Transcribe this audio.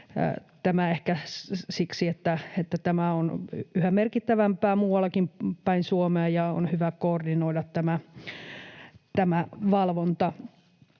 Tämä ehkä siksi, että tämä on yhä merkittävämpää muuallakin päin Suomea ja on hyvä koordinoida tämä valvonta.